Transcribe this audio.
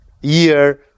year